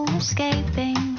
escaping